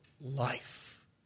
life